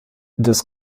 das